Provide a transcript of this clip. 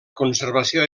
conservació